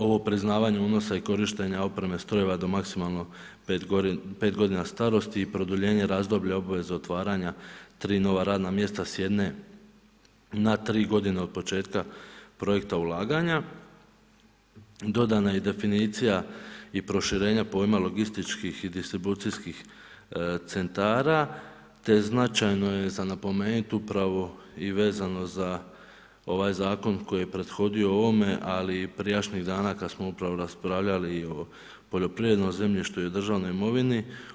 Ovo priznavanje unosa i korištenje opreme i strojeva do maksimalno 5 godina starosti i produljenje razdoblja obveze otvaranja tri nova radna mjesta s jedne na tri godine od početka projekta ulaganja dodana je i definicija i proširenja pojma logističkih i distribucijskih centara, te značajno je za napomenut upravo i vezano za ovaj zakon koji je prethodio ovome, ali i prijašnjih dana kada smo raspravljali i o poljoprivrednom zemljištu i državnoj imovini.